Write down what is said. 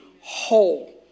whole